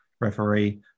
referee